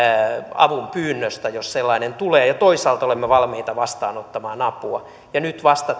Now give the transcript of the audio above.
avunpyynnöstä jos sellainen tulee ja toisaalta olemme valmiita vastaanottamaan apua nyt vasta